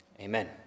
amen